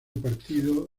partido